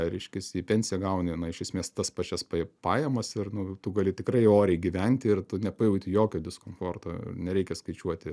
reiškias į pensiją gauni na iš esmės tas pačias paje pajamas ir nu tu gali tikrai oriai gyventi ir tu nepajauti jokio diskomforto nereikia skaičiuoti